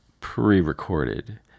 pre-recorded